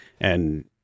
and-